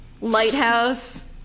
lighthouse